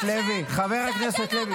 הכנסת לוי, חבר הכנסת לוי.